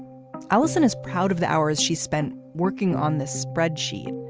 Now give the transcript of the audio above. allison is proud of the hours she spent working on this spreadsheet.